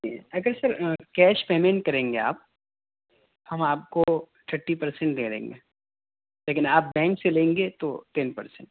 جی اگر sir cash payment کریں گے آپ ہم آپ کو تھرٹی پرسینٹ دے دیں گے لیکن آپ بینک سے لیں گے تو ٹین پرسینٹ